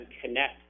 connect